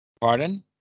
Pardon